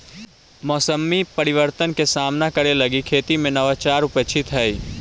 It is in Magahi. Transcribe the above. मौसमी परिवर्तन के सामना करे लगी खेती में नवाचार अपेक्षित हई